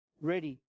ready